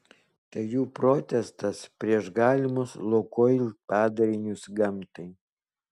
tai jų protestas prieš galimus lukoil padarinius gamtai